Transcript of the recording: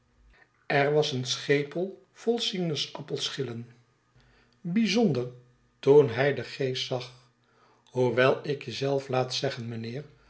er was zeker een schepel vol sinaasappelschillen bijzonder toen hij den geest zag hoewel ik je zelf laat zeggen